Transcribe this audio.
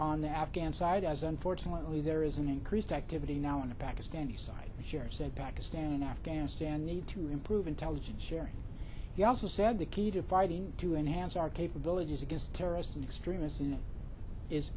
on the afghan side as unfortunately there is an increased activity now on the pakistani side here said pakistan and afghanistan need to improve intelligence sharing you also said the key to fighting to enhance our capabilities against terrorists and extremists is